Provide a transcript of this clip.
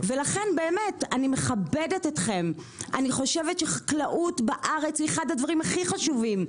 אני מכבדת אתכם; אני חושבת שהחקלאות בארץ היא אחד מהדברים הכי חשובים,